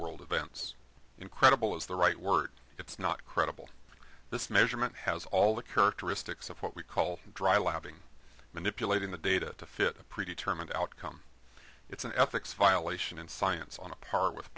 world events incredible is the right word it's not credible this measurement has all the characteristics of what we call dry lobbying manipulating the data to fit a predetermined outcome it's an ethics violation and science on a par with